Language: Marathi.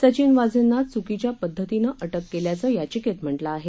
सचिन वाझेंना चुकीच्या पद्धतीनं अटक केल्याचं याचिकेत म्हटलं आहे